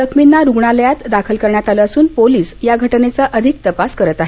जखमींना रुग्णालयात दाखल करण्यात आलं असून पोलिस या घटनेचा अधिक तपास करत आहेत